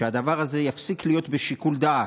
שהדבר הזה יפסיק להיות בשיקול דעת,